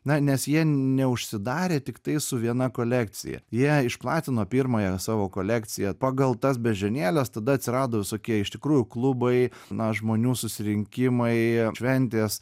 na nes jie neužsidarė tiktai su viena kolekcija jie išplatino pirmąją savo kolekciją pagal tas beždžionėles tada atsirado visokie iš tikrųjų klubai na žmonių susirinkimai šventės